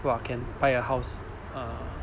!wah! can buy a house uh